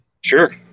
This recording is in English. Sure